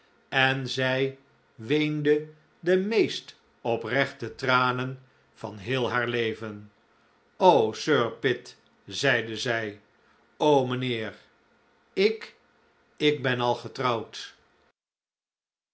en zij weende de meest oprechte tranen van heel haar leven sir pitt zeide zij o t mijnheer ik ik ben a getrouwd